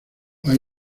hay